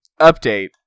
Update